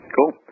Cool